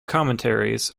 commentaries